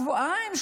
שבועיים,